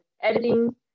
editing